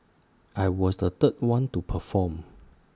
I was the third one to perform